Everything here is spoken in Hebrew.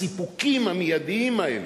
הסיפוקים המיידיים האלה.